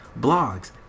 blogs